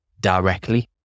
directly